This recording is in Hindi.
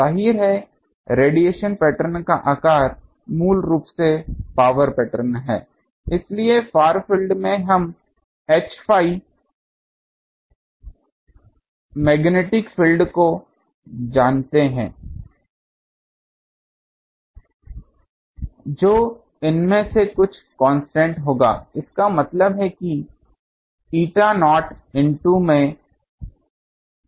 जाहिर है रेडिएशन पैटर्न का आकार मूल रूप से पावर पैटर्न है इसलिए फार फील्ड में हम Hφ मैग्नेटिक फील्ड को जानते हैं जो इन में कुछ कांस्टेंट होगा इसका मतलब है एटा नॉट इनटू